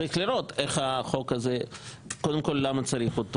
קודם כל צריך לראות למה צריך את